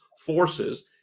forces